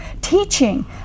Teaching